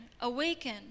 Awaken